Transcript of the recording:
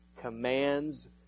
commands